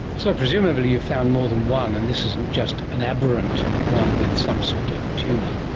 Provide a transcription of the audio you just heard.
so presumably you've found more than one and this isn't just an aberrant one with some sort of tumour.